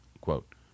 quote